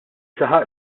saħaq